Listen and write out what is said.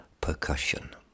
percussion